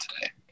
today